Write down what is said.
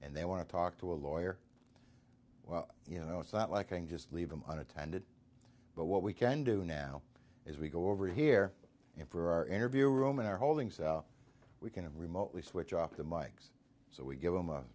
and they want to talk to a lawyer well you know it's not like i can just leave them unattended but what we can do now is we go over here and for our interview room in our holding cell we can remotely switch off the mikes so we give them a